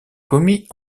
commis